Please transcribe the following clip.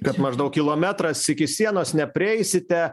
kad maždaug kilometras iki sienos neprieisite